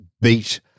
beat